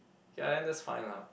okay lah then that's fine lah